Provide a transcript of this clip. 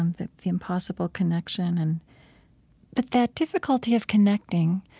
um the the impossible connection, and but that difficulty of connecting,